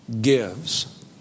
gives